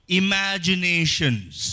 imaginations